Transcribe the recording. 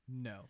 No